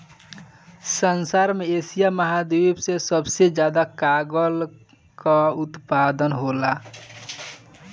संसार में एशिया महाद्वीप से सबसे ज्यादा कागल कअ उत्पादन होला